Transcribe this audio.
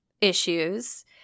issues